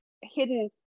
hidden